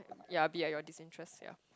ya be at your disinterest ya